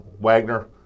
Wagner